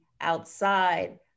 outside